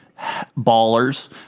ballers